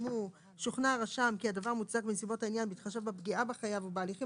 שוכנע הרשם כי הדבר מוצדק בנסיבות העניין בהתחשב בפגיעה בחייב או בהליכים